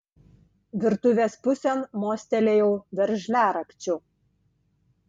virtuvės pusėn mostelėjau veržliarakčiu